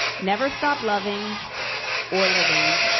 never stop loving or living.